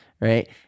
Right